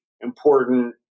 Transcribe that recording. important